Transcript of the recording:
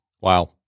Wow